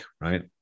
Right